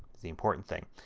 the important thing,